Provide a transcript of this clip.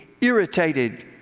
irritated